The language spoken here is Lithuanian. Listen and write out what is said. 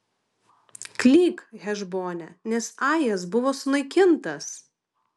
klyk hešbone nes ajas buvo sunaikintas